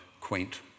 quaint